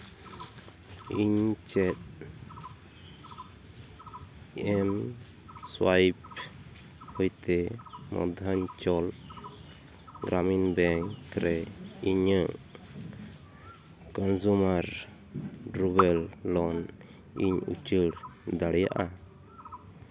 ᱤᱧ ᱪᱮᱫ ᱮᱢᱥᱳᱭᱟᱭᱤᱯ ᱦᱚᱭᱛᱮ ᱢᱚᱭᱫᱷᱚᱪᱚᱞ ᱜᱨᱟᱢᱤᱱ ᱵᱮᱝᱠ ᱨᱮ ᱤᱧᱟᱹᱜ ᱠᱚᱱᱡᱩᱢᱟᱨ ᱰᱨᱩᱵᱮᱞ ᱞᱳᱱ ᱤᱧ ᱩᱪᱟᱹᱲ ᱫᱟᱲᱮᱭᱟᱜᱼᱟ